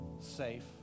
safe